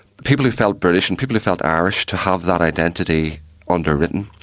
people who felt british and people who felt irish to have that identity underwritten,